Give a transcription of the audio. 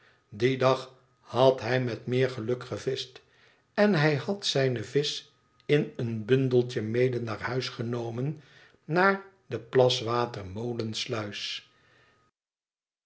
dien dag had hij met meer geluk gevischt en hij had zijne visch in een bundeltje mede naar huis genomen naar de